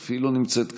אף היא לא נמצאת כאן,